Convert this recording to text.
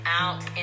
out